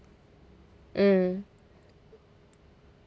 mm